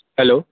hello